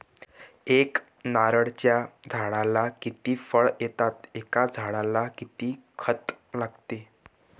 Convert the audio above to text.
एका नारळाच्या झाडाला किती फळ येतात? एका झाडाला किती खत लागते?